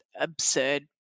absurd